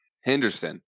Henderson